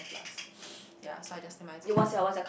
plus ya so I just nevermind it's okay I pay myself